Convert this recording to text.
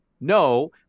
No